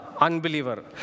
unbeliever